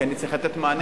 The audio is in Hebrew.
כי אני צריך לתת מענה,